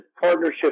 partnership